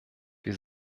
wir